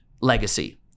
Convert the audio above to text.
legacy